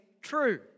true